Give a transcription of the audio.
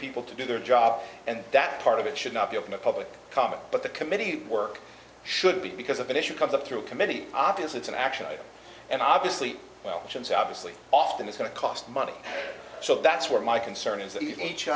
people to do their job and that part of it should not be open to public comment but the committee work should be because of an issue comes up through a committee obviously it's an action and obviously well since obviously often is going to cost money so that's where my concern is